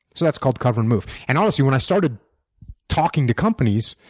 so that's called cover and move. and honestly, when i started talking to companies,